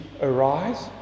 arise